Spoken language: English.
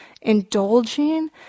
indulging